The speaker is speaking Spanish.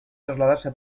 trasladarse